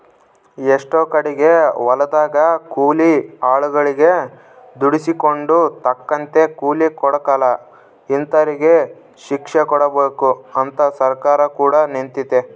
ಎಷ್ಟೊ ಕಡಿಗೆ ಹೊಲದಗ ಕೂಲಿ ಆಳುಗಳಗೆ ದುಡಿಸಿಕೊಂಡು ತಕ್ಕಂಗ ಕೂಲಿ ಕೊಡಕಲ ಇಂತರಿಗೆ ಶಿಕ್ಷೆಕೊಡಬಕು ಅಂತ ಸರ್ಕಾರ ಕೂಡ ನಿಂತಿತೆ